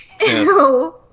Ew